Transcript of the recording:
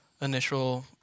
initial